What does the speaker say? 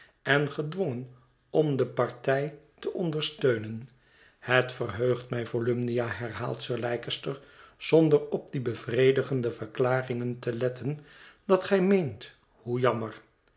en gedwongen om de partij te ondersteunen het verheugt mij volumnia herhaalt sir leicester zonder op die bevredigende verklaringen te letten dat gij meent hoe jammer